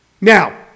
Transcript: Now